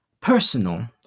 personal